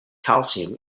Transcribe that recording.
calcium